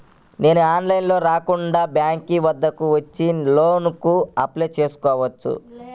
నేను ఆన్లైన్లో కాకుండా బ్యాంక్ వద్దకు వచ్చి లోన్ కు అప్లై చేసుకోవచ్చా?